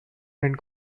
and